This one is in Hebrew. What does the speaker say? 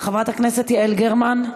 חברת הכנסת יעל גרמן,